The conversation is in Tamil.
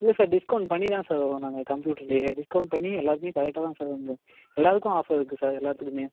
இல்லை சார் டிஸ்கௌண்ட் பண்ணி தான் சார் வரும் நாங்கள் கம்ப்யூட்டர்லேயே டிஸ்கவுண்ட் பண்ணி எல்லாத்துலையும் கரெட்டாக தான் வந்து எல்லா இதுக்கும் ஆஃபர் இருக்குது சார் எல்லாத்துக்குமே